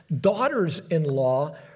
daughters-in-law